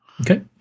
Okay